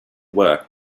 work